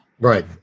Right